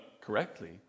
correctly